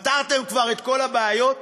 כבר פתרתם את כל הבעיות?